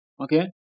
Okay